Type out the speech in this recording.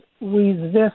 resist